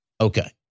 Okay